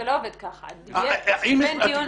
דבר שני,